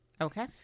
Okay